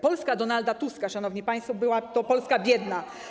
Polska Donalda Tuska, szanowni państwo, była to Polska biedna.